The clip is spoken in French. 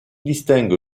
distingue